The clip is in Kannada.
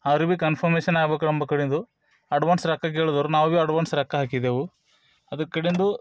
ಅವ್ರಿಗೆ ಭಿ ಕಂಫರ್ಮೇಶನ್ ಆಗಬೇಕು ನಮ್ಮ್ ಕಡೆಂದು ಅಡ್ವಾನ್ಸ್ ರೊಕ್ಕ ಕೇಳಿದ್ರು ನಾವು ಭಿ ಅಡ್ವಾನ್ಸ್ ರೊಕ್ಕ ಹಾಕಿದೆವು ಅದರ ಕಡೆಂದು